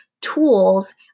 tools